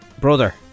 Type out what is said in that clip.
brother